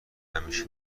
همیشه